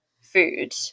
food